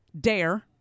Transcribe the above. DARE